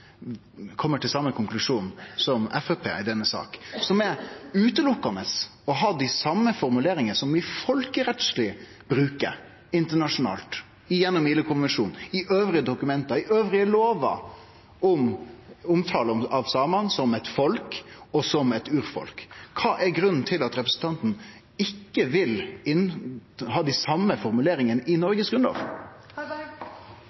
til same konklusjon som Framstegspartiet i denne saka, som eine og aleine gjeld å ha dei same formuleringane som ein folkerettsleg brukar internasjonalt gjennom ILO-konvensjonen, i andre dokument, i andre lover om omtale av samane som eit folk og som eit urfolk. Kva er grunnen til at representanten ikkje vil ha dei same formuleringane i